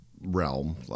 realm